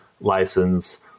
license